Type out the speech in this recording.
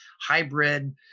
hybrid